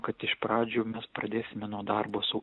kad iš pradžių mes pradėsime nuo darbo su